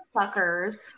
suckers